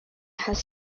has